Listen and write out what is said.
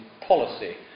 policy